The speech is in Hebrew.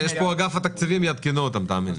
נמצא פה אגף התקציבים, יעדכנו אותם, תאמין לי.